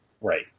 Right